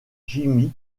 jimmy